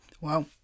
Wow